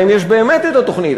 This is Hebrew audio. להם יש באמת תוכנית.